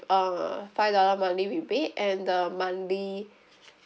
uh five dollar monthly rebate and the monthly